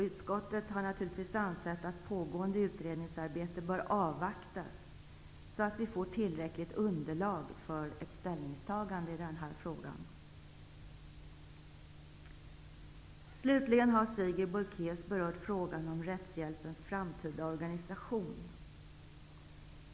Utskottet anser naturligtvis att pågående utredningsarbete bör avvaktas, så att vi får tillräckligt underlag för ett ställningstagande i denna fråga. Slutligen har Sigrid Bolkéus berört frågan om rättshjälpens framtida organisation.